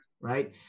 right